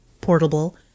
portable